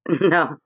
No